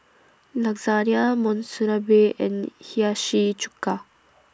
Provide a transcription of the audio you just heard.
Lasagna Monsunabe and Hiyashi Chuka